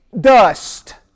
dust